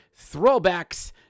Throwbacks